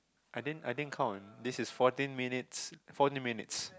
I didn't I didn't count this is fourteen minutes